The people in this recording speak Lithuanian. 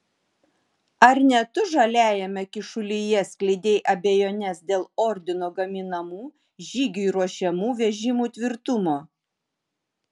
ar ne tu žaliajame kyšulyje skleidei abejones dėl ordino gaminamų žygiui ruošiamų vežimų tvirtumo